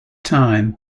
time